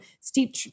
steep